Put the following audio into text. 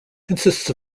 consists